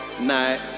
night